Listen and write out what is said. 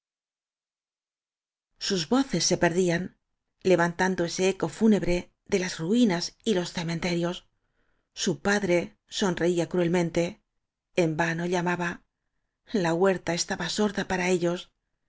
sus voces se perdían levantando ese ecofúnebre de las ruinas y los cementerios su padre sonreía cruelmente en vano llamaba la huerta estaba sorda para ellos